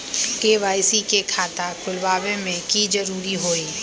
KYC के खाता खुलवा में की जरूरी होई?